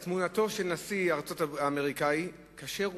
את תמונתו של הנשיא האמריקני כאשר הוא